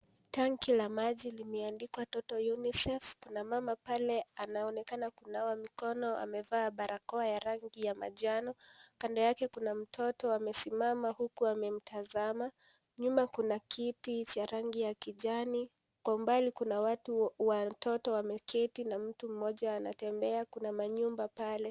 Tanki la maji limeandikwa UNICEF. Kuna mama pale anaonekana kunawa mikono na amevaa barakoa ya rangi ya manjano. Kando yake kuna mtoto amesimama huku amemtazama. Nyuma kuna kiti cha rangi ya kijani. Kwa mbali kuna watu na watoto wameketi na mtu mmoja anatembea. Kuna manyumba pale.